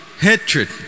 hatred